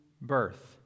birth